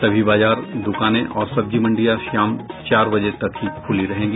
सभी बाजार दुकानें और सब्जी मंडियां शाम चार बजे तक ही खुली रहेंगी